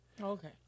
Okay